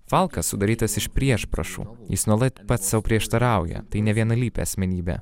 falkas sudarytas iš priešpriešų jis nuolat pats sau prieštarauja tai nevienalypė asmenybė